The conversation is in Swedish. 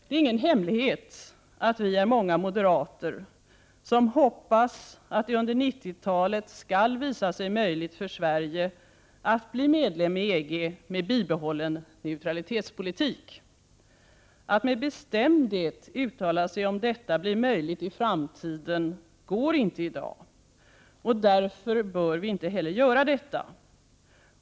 Det är ingen hemlighet att vi är många moderater som hoppas att det under 90-talet skall visa sig möjligt för Sverige att bli medlem i EG med bibehållen neutralitetspolitik. Att med bestämdhet uttala sig om detta blir möjligt går inte i dag, och därför bör vi inte heller göra detta.